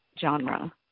genre